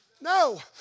no